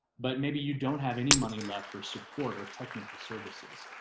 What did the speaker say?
but maybe you don't have any money left for support or technical services.